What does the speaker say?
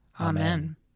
Amen